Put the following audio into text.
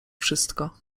wszystko